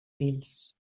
fills